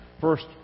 first